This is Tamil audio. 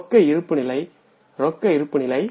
ரொக்க இருப்பு நிலை ரொக்க இருப்பு நிலை